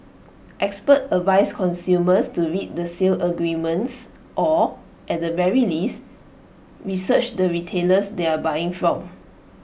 experts advise consumers to read the sales agreements or at the very least research the retailers they are buying from